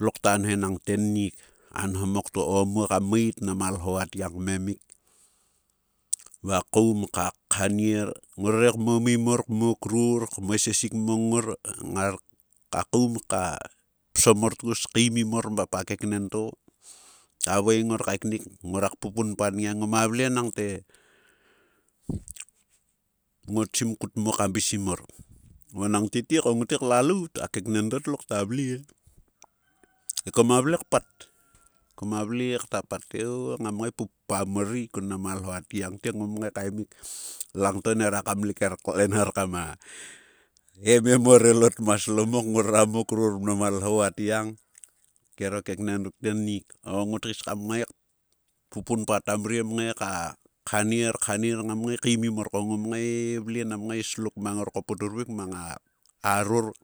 Tlo kta nho nang tenik. A nhomok to o muo kam meit nam a lhou atgia kmemik va koum ka khanier, ngore mo mimor, mo kruk, kma sesik mong ngor ngar ka koum ka psom mor tkus keimim mor ma pa keknen to kta vei ngor kaenik, ngruak pupunpa ngia ngo ma vle nangte ngotsim kut mo kabisim mor. Va nang tete ko ngote klalout a keknen to tlokta vle e. He koma vle pat. Koma vle kta pat te o ngam ngae pup pam mor ri kun nam a lhou atgiang te ngom ngae kaemik, langto nera kamliker klenar kama emem o relot ma sloumok ngrora mo krur nam a lhou atgiang, kero keknen ruk tennik o ngot keis kam ngae kpupunpa tammriem ngae ka khanier, khanier ngam ngae keimim mor ko ngom ngae e vle nam ngae slok mana ngor ko po tuvik mang a a rorot.